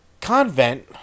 convent